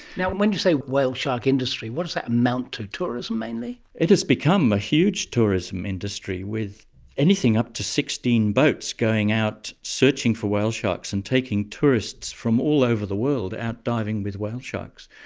yeah when when you say whale shark industry, what does that amount to? tourism mainly? it has become a huge tourism industry with anything up to sixteen boats going out searching for whale sharks and taking tourists from all over the world out diving with whale sharks.